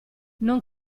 non